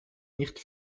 nicht